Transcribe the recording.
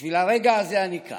בשביל הרגע הזה אני כאן,